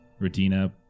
Radina